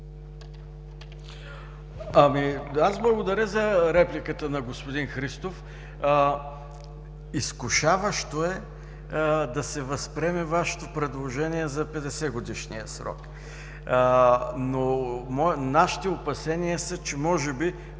(ГЕРБ): Благодаря за репликата на господин Христов. Изкушаващо е да се възприеме Вашето предложение за 50-годишния срок. Нашите опасения са, че може би